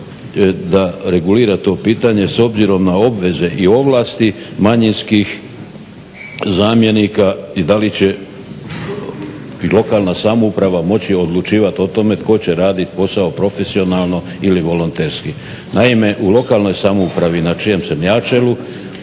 da regulira to pitanje s obzirom na obveze i ovlasti manjinskih zamjenika i da li će i lokalna samouprava moći odlučivati o tome tko će raditi posao profesionalno ili volonterski. Naime, u lokalnoj samoupravi na čijem sam ja čelu